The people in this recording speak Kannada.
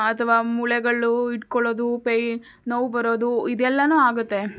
ಅಥವಾ ಮೂಳೆಗಳು ಹಿಟ್ಕೊಳ್ಳೋದು ಪೇ ನೋವು ಬರೋದು ಇದು ಎಲ್ಲಾ ಆಗುತ್ತೆ